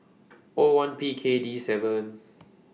O one P K D seven